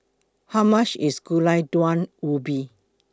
How much IS Gulai Daun Ubi